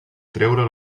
treure